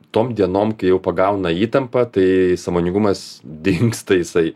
tom dienom kai jau pagauna įtampa tai sąmoningumas dingsta jisai